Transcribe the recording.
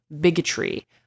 bigotry